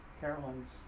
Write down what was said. Carolyn's